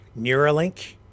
Neuralink